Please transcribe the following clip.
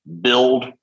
build